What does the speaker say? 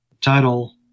title